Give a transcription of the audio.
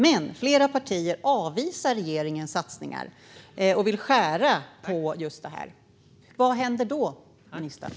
Men flera partier avvisar regeringens satsningar och vill skära ned på just detta. Vad händer då, ministern?